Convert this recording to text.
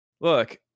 Look